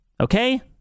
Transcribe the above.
okay